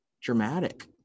dramatic